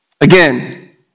Again